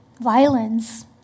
Violence